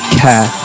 care